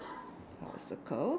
I'll circle